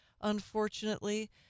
unfortunately